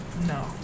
No